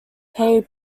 hay